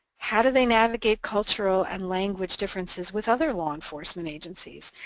how do they navigate cultural and language differences with other law enforcement agencies,